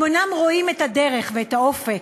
הם אינם רואים את הדרך ואת האופק.